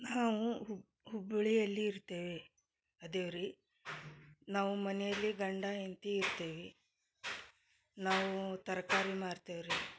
ನಾವು ಹುಬ್ಬಳ್ಳಿಯಲ್ಲಿ ಇರ್ತೇವೆ ಅದೆ ರೀ ನಾವು ಮನೆಯಲ್ಲಿ ಗಂಡ ಎಂತಿ ಇರ್ತೇವಿ ನಾವು ತರಕಾರಿ ಮಾರ್ತೇವೆ ರೀ